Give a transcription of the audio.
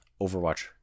Overwatch